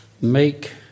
make